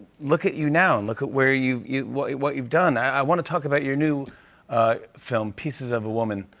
look at you now and look at where you what what you've done. i want to talk about your new film, pieces of a woman.